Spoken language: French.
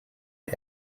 est